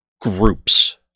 groups